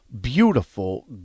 beautiful